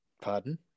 Pardon